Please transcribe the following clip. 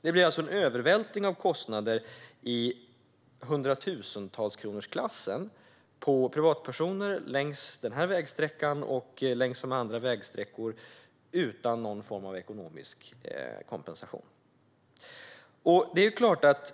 Det blir alltså en övervältring av kostnader i hundratusentalskronorsklassen på privatpersoner längs denna vägsträcka, och längs andra vägsträckor, utan någon form av ekonomisk kompensation.